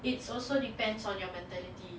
it's also depends on your mentality